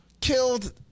killed